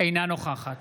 אינה נוכחת